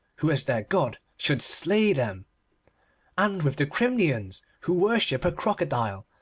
who is their god, should slay them and with the krimnians who worship a crocodile,